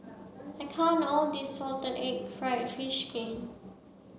I can't all of this salted egg fried fish kin